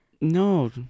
No